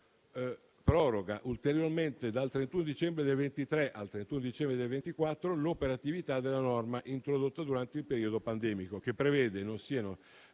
proroga ulteriormente dal 31 dicembre 2023 al 31 dicembre 2024 l'operatività della norma introdotta durante il periodo pandemico, che prevede non siano